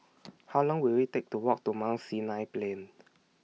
How Long Will IT Take to Walk to Mount Sinai Plain